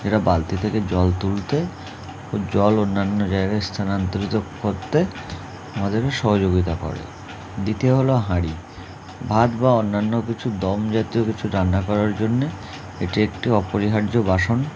যেটা বালতি থেকে জল তুলতে ও জল অন্যান্য জায়গায় স্থানান্তরিত করতে আমাদেরকে সহযোগিতা করে দ্বিতীয় হলো হাঁড়ি ভাত বা অন্যান্য কিছু দম জাতীয় কিছু রান্না করার জন্যে এটি একটি অপরিহার্য বাসন